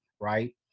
right